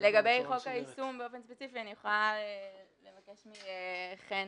היישום באופן ספציפי, אני יכולה לבקש מחן